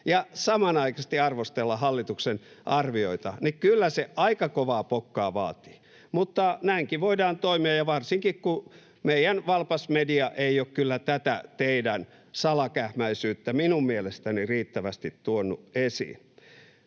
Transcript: ja samanaikaisesti arvostella hallituksen arvioita, niin kyllä se aika kovaa pokkaa vaatii. Mutta näinkin voidaan toimia, ja varsinkin, kun meidän valpas mediamme ei ole kyllä tätä teidän salakähmäisyyttänne minun mielestäni riittävästi tuonut esiin.